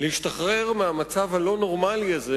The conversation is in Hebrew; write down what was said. להשתחרר מהמצב הלא-נורמלי הזה,